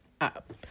up